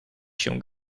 się